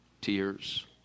tears